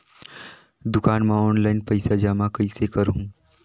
दुकान म ऑनलाइन पइसा जमा कइसे करहु?